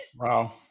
Wow